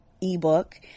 ebook